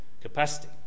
capacity